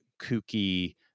kooky